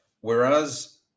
Whereas